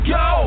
go